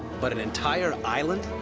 but an entire island?